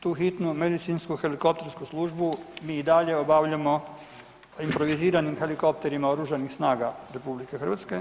Tu Hitnu medicinsku helikoptersku službu mi i dalje obavljamo improviziranim helikopterima oružanih snaga RH.